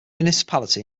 municipality